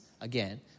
again